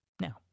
Now